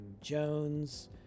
Jones